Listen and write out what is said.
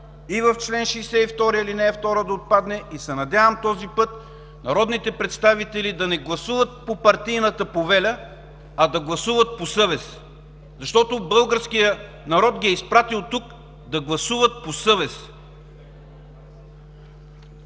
и в чл. 62, ал. 2 да отпадне. Надявам се този път народните представители да не гласуват по партийната повеля, а по съвест, защото българският народ ги е изпратил тук да гласуват по съвест.